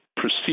proceed